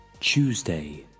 Tuesday